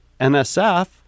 NSF